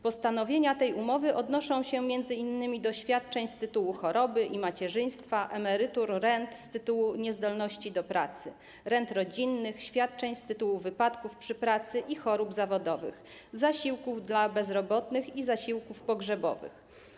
Postanowienia tej umowy odnoszą się m.in. do świadczeń z tytułu choroby i macierzyństwa, emerytur, rent z tytułu niezdolności do pracy, rent rodzinnych, świadczeń z tytułu wypadków przy pracy i chorób zawodowych, zasiłków dla bezrobotnych i zasiłków pogrzebowych.